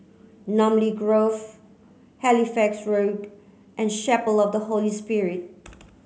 Namly Grove Halifax Road and Chapel of the Holy Spirit